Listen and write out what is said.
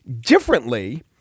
differently